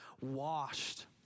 washed